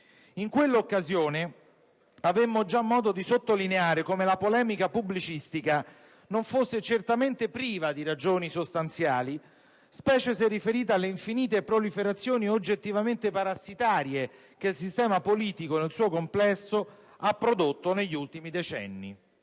In quella occasione avemmo già modo di sottolineare come la polemica pubblicistica non fosse certamente priva di ragioni sostanziali, specie se riferita alle infinite proliferazioni oggettivamente parassitarie che il sistema politico nel suo complesso ha prodotto negli ultimi decenni.